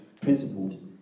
principles